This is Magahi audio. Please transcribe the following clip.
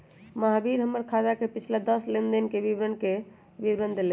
महावीर हमर खाता के पिछला दस लेनदेन के विवरण के विवरण देलय